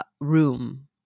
room